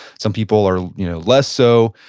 some people are less so.